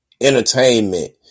entertainment